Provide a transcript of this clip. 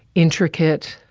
intricate.